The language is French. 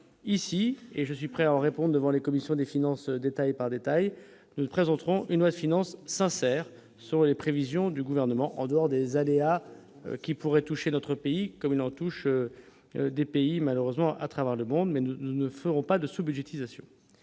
ici et je suis prêt en répondent devant les commissions des finances détail par détail présenteront noix finances sincère, selon les prévisions du gouvernement, en dehors des aléas qui pourraient toucher notre pays comme une retouche des pays malheureusement à travers le monde mais nous ne ferons pas de sous-budgétisation,